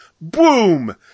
Boom